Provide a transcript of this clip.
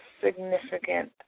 significant